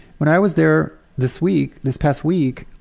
when i was there this week, this past week,